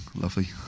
lovely